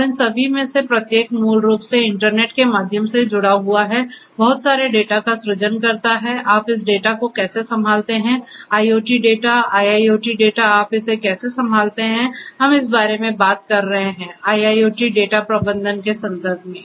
और इन सभी में से प्रत्येक मूल रूप से इंटरनेट के माध्यम से जुड़ा हुआ है बहुत सारे डेटा का सृजन करता है आप इस डेटा को कैसे संभालते हैं IoT डेटा IIoT डेटा आप इसे कैसे संभालते हैं हम इस बारे में बात कर रहे हैं IIoT डेटा प्रबंधन के संदर्भ में